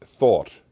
thought